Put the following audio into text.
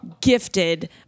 gifted